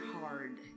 hard